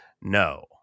No